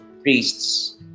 priests